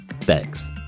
Thanks